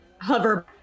hover